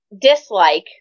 dislike